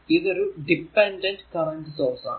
ഇതൊരു dependent current source ആണ്